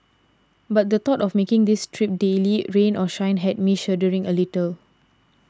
but the thought of making this trip daily rain or shine had me shuddering a little